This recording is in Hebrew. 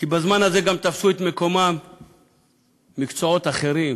כי בזמן הזה גם תפסו את מקומם מקצועות אחרים,